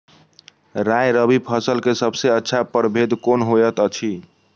राय रबि फसल के सबसे अच्छा परभेद कोन होयत अछि?